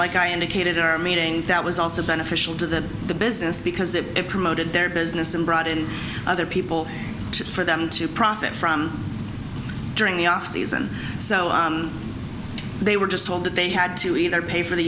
like i indicated our meeting that was also beneficial to the the business because they promoted their business and brought in other people for them to profit from during the off season so they were just told that they had to either pay for the